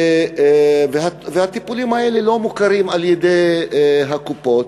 הטיפולים האלה לא מוכרים על-ידי הקופות,